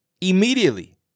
Immediately